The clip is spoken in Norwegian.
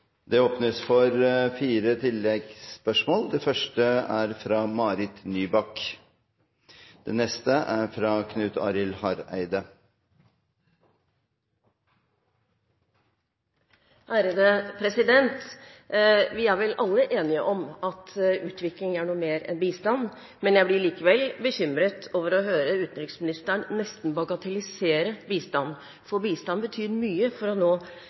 Det åpnes for fire oppfølgingsspørsmål – først Marit Nybakk. Vi er vel alle enige om at utvikling er noe mer enn bistand, men jeg blir likevel bekymret over å høre utenriksministeren nesten bagatellisere bistanden, for bistand betyr mye for å nå